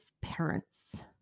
parents